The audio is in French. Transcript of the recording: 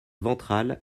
ventrale